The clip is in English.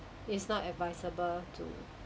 it's not advisable to